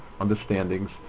understandings